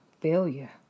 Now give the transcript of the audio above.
failure